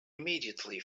immediately